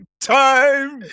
time